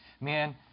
Man